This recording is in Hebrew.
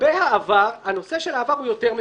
לגבי העבר, הנושא של העבר הוא יותר מסובך,